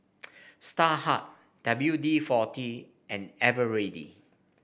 Starhub W D forty and Eveready